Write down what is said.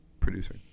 Producer